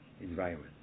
environment